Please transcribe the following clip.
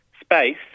space